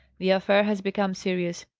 the affair has become serious,